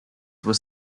was